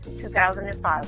2005